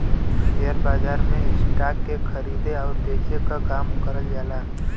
share बाजार में stock के खरीदे आउर बेचे क काम करल जाला